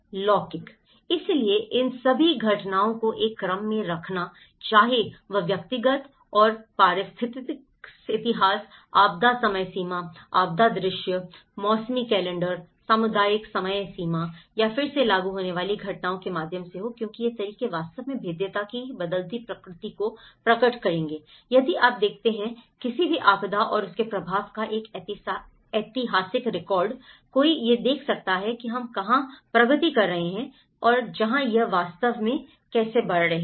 लौकिक इसलिए इन सभी घटनाओं को एक क्रम में रखना चाहे वह व्यक्तिगत और पारिस्थितिक इतिहास आपदा समयसीमा आपदा दृश्य मौसमी कैलेंडर सामुदायिक समय सीमा या फिर से लागू होने वाली घटनाओं के माध्यम से हो क्योंकि ये तरीके वास्तव में भेद्यता की बदलती प्रकृति को प्रकट करेंगे यदि आप देखते हैं किसी भी आपदा और उसके प्रभाव का एक ऐतिहासिक रिकॉर्ड कोई यह देख सकता है कि हम कहां प्रगति कर रहे हैं जहां यह वास्तव में कैसे बढ़ रहा है